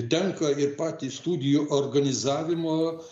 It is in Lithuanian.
tenka ir patį studijų organizavimą